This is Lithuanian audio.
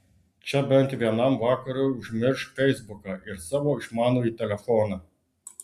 čia bent vienam vakarui užmiršk feisbuką ir savo išmanųjį telefoną